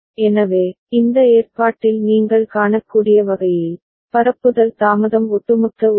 எனவே இந்த ஏற்பாட்டில் நீங்கள் காணக்கூடிய வகையில் பரப்புதல் தாமதம் ஒட்டுமொத்த உரிமை